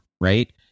right